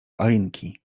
alinki